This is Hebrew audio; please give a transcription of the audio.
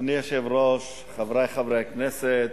אדוני היושב-ראש, חברי חברי הכנסת,